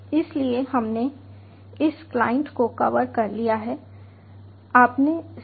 इसलिए हमने इस क्लाइंट को कवर कर लिया है